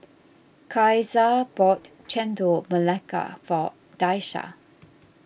Caesar bought Chendol Melaka for Daisha